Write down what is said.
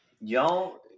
Y'all